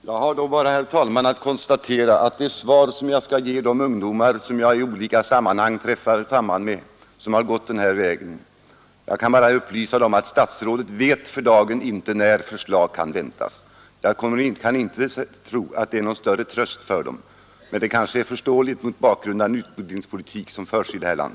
Herr talman! Jag har bara att konstatera, att det svar jag skall ge de ungdomar som gått denna väg och som jag i olika sammanhang träffar samman med, är att statsrådet för dagen inte vet när förslag kan väntas. Jag tror inte att det är någon tröst för dem. Men svaret är kanske förståeligt mot bakgrunden av den utbildningspolitik som förs i detta land.